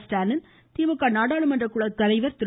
ஸ்டாலின் திமுக நாடாளுமன்ற குழுத்தலைவர் திரு